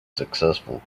successful